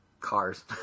cars